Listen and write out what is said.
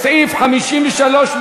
סעיף 53,